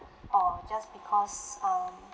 or just because um